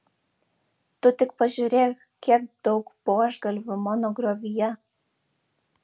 tu tik pažiūrėk kiek daug buožgalvių mano griovyje